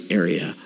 area